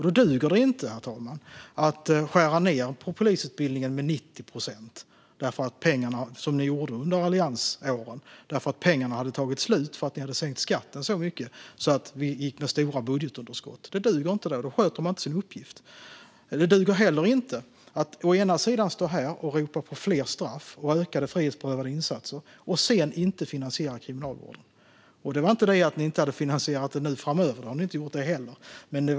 Då duger det inte att skära ned på polisutbildningen med 90 procent, som ni gjorde under alliansåren, för att pengarna hade tagit slut på grund av att ni hade sänkt skatten så mycket att Sverige fick stora budgetunderskott. Detta duger inte, och då sköter man inte sin uppgift. Det duger heller inte att här ropa på högre straff och ett större antal frihetsberövande insatser om man sedan inte finansierar kriminalvården. Det handlar inte bara om att ni inte har finansierat den framöver; det har ni visserligen heller inte gjort.